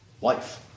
Life